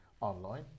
online